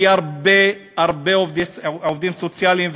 כי הרבה עובדים סוציאליים,